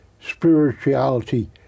spirituality